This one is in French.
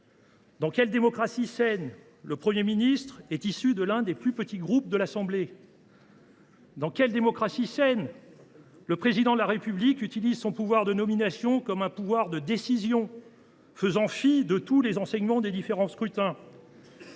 Dans quelle démocratie saine le Premier ministre est il issu de l’un des plus petits groupes de l’Assemblée nationale ? Dans quelle démocratie saine le Président de la République utilise t il son pouvoir de nomination comme un pouvoir de décision, faisant fi de tous les enseignements des différents scrutins ?